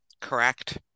Correct